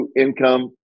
income